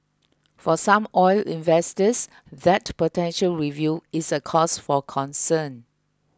for some oil investors that potential review is a cause for concern